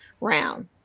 round